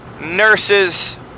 nurses